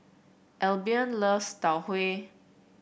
Albion loves Tau Huay